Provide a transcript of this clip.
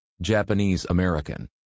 Japanese-American